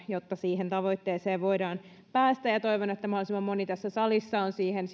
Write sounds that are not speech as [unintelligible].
jotta siihen tavoitteeseen voidaan päästä ja toivon että mahdollisimman moni tässä salissa on siihen [unintelligible]